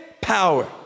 power